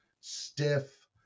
stiff